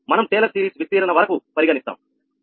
మనం Taylor series విస్తీరణ వరకు పరిగణిస్తాం